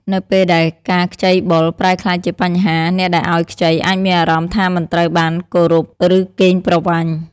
នៅពេលដែលការខ្ចីបុលប្រែក្លាយជាបញ្ហា អ្នកដែលឲ្យខ្ចីអាចមានអារម្មណ៍ថាមិនត្រូវបានគោរព ឬកេងប្រវ័ញ្ច។